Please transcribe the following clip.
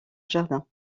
jardin